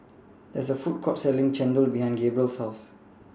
There IS A Food Court Selling Chendol behind Gabriel's House